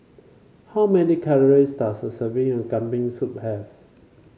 how many calories does a serving of Kambing Soup have